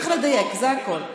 צריך לדייק, זה הכול.